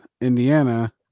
indiana